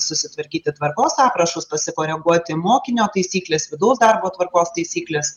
susitvarkyti tvarkos aprašus pasikoreguoti mokinio taisykles vidaus darbo tvarkos taisykles